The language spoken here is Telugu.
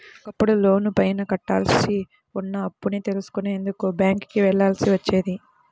ఒకప్పుడు లోనుపైన కట్టాల్సి ఉన్న అప్పుని తెలుసుకునేందుకు బ్యేంకుకి వెళ్ళాల్సి వచ్చేది